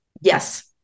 Yes